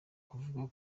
kuvugwa